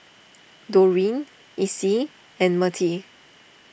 Doreen Icie and Mertie